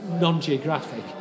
non-geographic